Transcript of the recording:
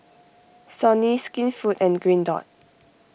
Sony Skinfood and Green Dot